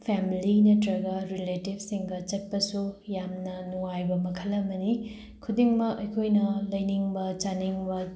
family ꯅꯠꯇ꯭ꯔꯒ ꯔꯤꯂꯦꯇꯤꯚꯁꯤꯡꯒ ꯆꯠꯄꯁꯨ ꯌꯥꯝꯅ ꯅꯨꯡꯉꯥꯏꯕ ꯃꯈꯜ ꯑꯃꯅꯤ ꯈꯨꯗꯤꯡꯃꯛ ꯑꯩꯈꯣꯏꯅ ꯂꯩꯅꯤꯡꯕ ꯆꯥꯅꯤꯡꯕ